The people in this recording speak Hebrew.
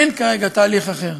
אין כרגע תהליך אחר.